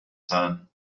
son